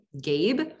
Gabe